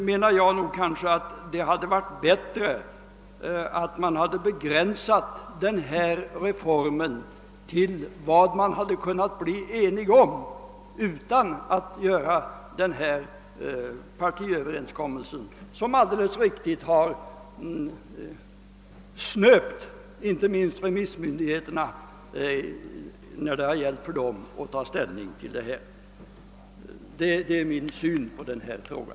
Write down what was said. Det hade kanske varit bättre om man hade begränsat denna reform till vad man hade kunnat bli enig om utan att göra denna partiöverenskommelse, som inte minst har snöpt remissmyndigheternas möjlighet att ta ställning. Det är min syn på denna fråga.